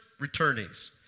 returnees